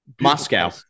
Moscow